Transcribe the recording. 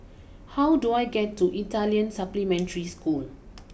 how do I get to Italian Supplementary School